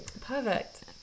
perfect